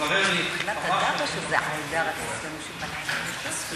התברר לי ממש בימים האחרונים.